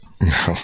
No